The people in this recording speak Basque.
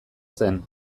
zen